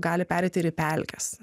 gali pereiti ir pelkes